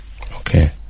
Okay